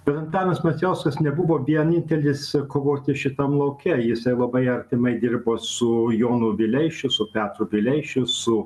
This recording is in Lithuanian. bet antanas macijauskas nebuvo vienintelis kovoti šitam lauke jis labai artimai dirbo su jonu vileišiu su petru vileišiu su